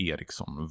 Eriksson